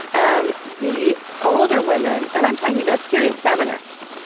um the older women and i'm talking about serious feminists.